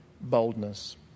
boldness